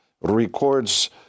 records